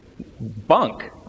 bunk